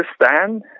understand